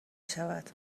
شود